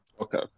Okay